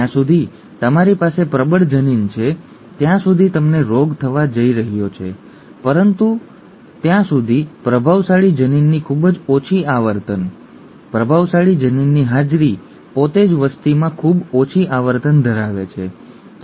જ્યાં સુધી તમારી પાસે પ્રબળ જનીન છે ત્યાં સુધી તમને રોગ થવા જઈ રહ્યો છે ત્યાં સુધી પ્રભાવશાળી જનીનની ખૂબ જ ઓછી આવર્તન પરંતુ પ્રભાવશાળી જનીનની હાજરી પોતે જ વસ્તીમાં ખૂબ ઓછી આવર્તન ધરાવે છે ઠીક છે